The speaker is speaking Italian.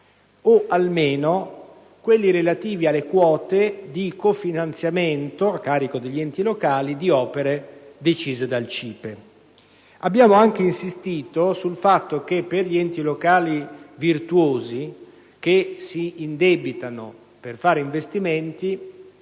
o almeno a quelli relativi alle quote di cofinanziamento, a carico degli enti locali, di opere decise dal CIPE. Abbiamo anche insistito sul fatto che per gli enti locali virtuosi, che si indebitano per fare investimenti,